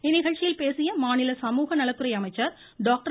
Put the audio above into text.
இந்நிகழ்ச்சியில் பேசிய மாநில சமூக நலத்துறை அமைச்சர் டாக்டர்